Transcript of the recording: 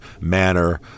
manner